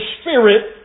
Spirit